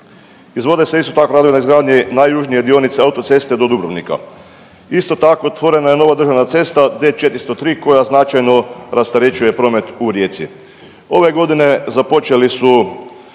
Izvode se isto tako radovi na izgradnji najjužnije dionice autoceste do Dubrovnika. Isto tako otvorena je nova državna cesta D403 koja značajno rasterećuje promet u Rijeci. Ove godine započeli su